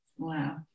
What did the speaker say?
Wow